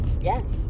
Yes